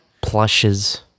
Plushes